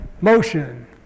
motion